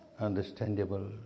understandable